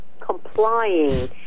complying